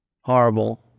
horrible